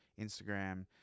Instagram